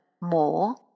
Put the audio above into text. more